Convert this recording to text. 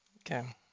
Okay